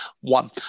One